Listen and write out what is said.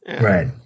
Right